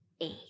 eight